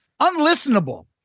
unlistenable